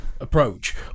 approach